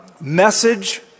message